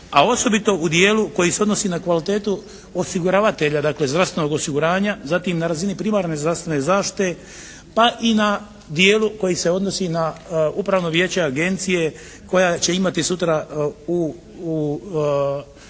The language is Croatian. a osobito u dijelu koji se odnosi na kvalitetu osiguravatelja, dakle zdravstvenog osiguranja. Zatim na razini primarne zdravstvene zaštite pa i na dijelu koji se odnosi na Upravno vijeće agencije koja će imati sutra u svom